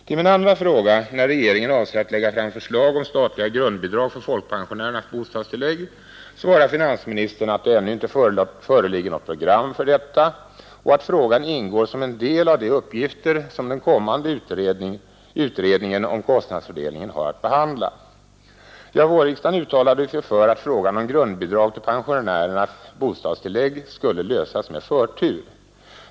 På min andra fråga, när regeringen avser att lägga fram förslag om statliga grundbidrag för folkpensionärernas bostadstillägg, svarar finansministern att det ännu inte föreligger något program för detta och att frågan ingår som en del av de uppgifter som den kommande utredningen om kostnadsfördelningen har att behandla. Vårriksdagen uttalade sig ju för att frågan om grundbidrag till pensionärernas bostadstillägg skall lösas med förtur.